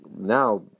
now